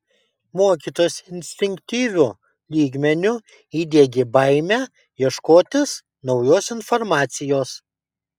mokytojas instinktyviu lygmeniu įdiegė baimę ieškotis naujos informacijos